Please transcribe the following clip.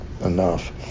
enough